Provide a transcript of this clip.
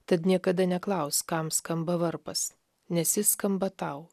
tad niekada neklausk kam skamba varpas nes jis skamba tau